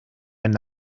and